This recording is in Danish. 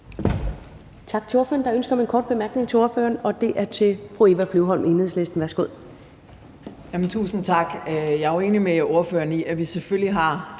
Tak til ordføreren. Der er ønske om en kort bemærkning til ordføreren, og det er fra fru Eva Flyvholm, Enhedslisten. Værsgo. Kl. 15:13 Eva Flyvholm (EL): Tusind tak. Jeg er jo enig med ordføreren i, at vi selvfølgelig som